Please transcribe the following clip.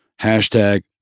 Hashtag